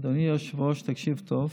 אדוני היושב-ראש, תקשיב טוב: